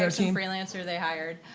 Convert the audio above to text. so some freelancer they hired.